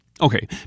Okay